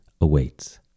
awaits